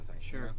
Sure